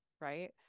right